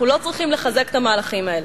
אנחנו לא צריכים לחזק את המהלכים האלה.